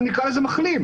נקרא לזה "מחלים",